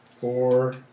four